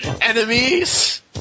Enemies